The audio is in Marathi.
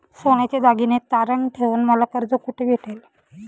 सोन्याचे दागिने तारण ठेवून मला कर्ज कुठे भेटेल?